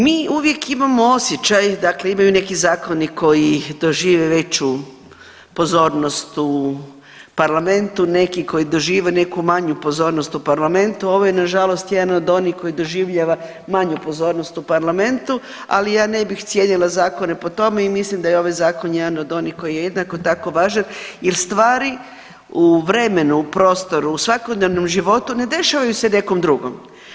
Mi uvijek imamo osjećaj, dakle imaju neki zakoni koji dožive veću pozornost u parlamentu, neki koji dožive neku manju pozornost u parlamentu, ovo je nažalost jedan od onih koji doživljava manju pozornost u parlamentu, ali ja ne bih cijenila zakone po tome i mislim da je ovaj Zakon jedan od onih koji je jednako tako važan jer stvari u vremenu, u prostoru u svakodnevnom životu ne dešavaju se nekom drugom.